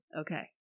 Okay